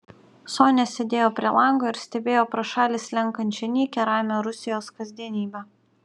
sonia sėdėjo prie lango ir stebėjo pro šalį slenkančią nykią ramią rusijos kasdienybę